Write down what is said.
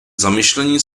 zamyšlení